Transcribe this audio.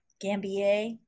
Gambier